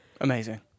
Amazing